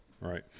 right